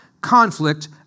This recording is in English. conflict